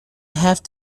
have